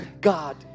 God